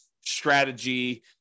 strategy